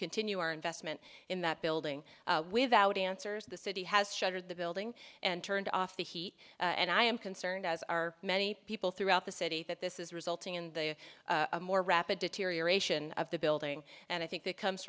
continue our investment in that building without answers the city has shuttered the building and turned off the heat and i am concerned as are many people throughout the city that this is resulting in the more rapid deterioration of the building and i think that comes